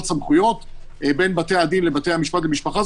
סמכויות בין בתי הדין לבתי המשפט למשפחה.